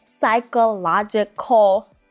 psychological